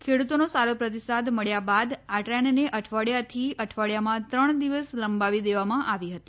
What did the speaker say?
ખેડૂતોનો સારો પ્રતિસાદ મબ્યા બાદ આ ટ્રેનને અઠવાડિયાથી અઠવાડિયામાં ત્રણ દિવસ લંબાવી દેવામાં આવી હતી